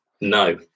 no